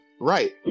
right